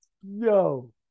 Yo